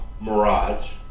Mirage